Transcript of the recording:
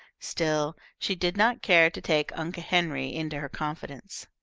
still, she did not care to take unc' henry into her confidence.